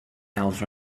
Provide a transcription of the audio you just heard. else